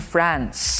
France